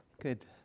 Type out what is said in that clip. good